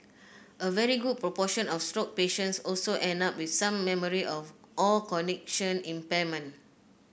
a very good proportion of stroke patients also end up with some memory of or cognition impairment